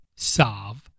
Solve